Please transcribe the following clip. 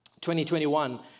2021